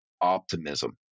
optimism